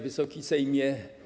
Wysoki Sejmie!